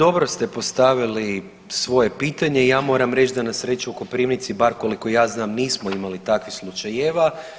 Pa dobro ste postavili svoje pitanje i ja moram reć da nasreću u Koprivnici bar koliko ja znam nismo imali takvih slučajeva.